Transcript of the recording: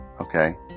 okay